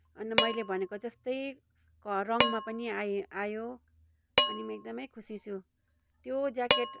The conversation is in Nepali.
अन्त मैले भनेको जस्तै रङमा पनि आइ आयो अनि म एकदमै खुसी छु त्यो ज्याकेट